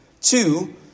Two